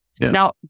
Now